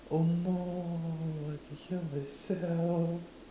oh no I can hear myself